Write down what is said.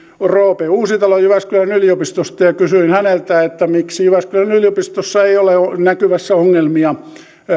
roope uusitalo jyväskylän yliopistosta ja kysyin häneltä miksi jyväskylän yliopistossa ei ole ole näkyvissä ongelmia